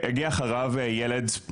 הגיע אחריו ילד,